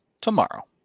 tomorrow